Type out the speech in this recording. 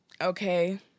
okay